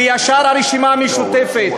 וישר: הרשימה המשותפת.